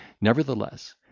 Nevertheless